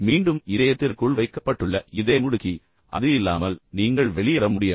மீண்டும் இதயத்திற்குள் வைக்கப்பட்டுள்ள இதயமுடுக்கி அது இல்லாமல் நீங்கள் வெளியேற முடியாது